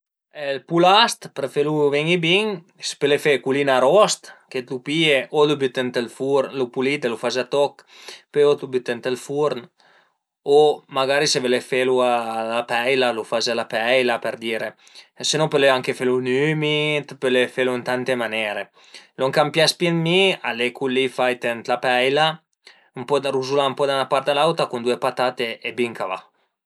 Ël pulast për felu ven-i bin, pöle fe cul li arost, t'lu pìe o t'lu büte ënt ël furn, lu pulide, lu faze a toch, pöi o t'lu büte ënt ël furn o magara se völe felu a la peila, lu faze a la peila per dire, se no pöle anche felu ën ümid, pöle felu ën tante manere, lon ch'a m'pias pi a mi al e cul li fait ën la peila, ruzulà ën po da 'na part e da l'auta cun due patate e bin ch'a va